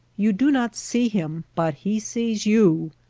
you do not see him but he sees you.